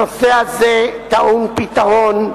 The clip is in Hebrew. הנושא הזה טעון פתרון.